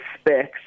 specs